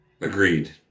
Agreed